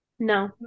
No